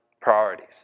priorities